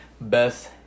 Best